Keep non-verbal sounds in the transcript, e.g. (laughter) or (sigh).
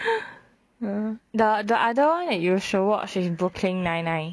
(noise) the the other [one] that you should watch is brooklyn nine-nine